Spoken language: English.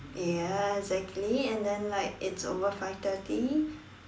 ya exactly and then like it's over five thirty